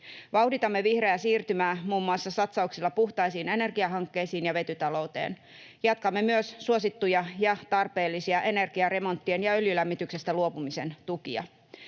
Vauhditamme vihreää siirtymää muun muassa satsauksilla puhtaisiin energiahankkeisiin ja vetytalouteen. Jatkamme myös suosittuja ja tarpeellisia energiaremonttien ja öljylämmityksestä luopumisen tukia.